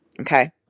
okay